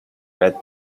read